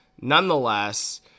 nonetheless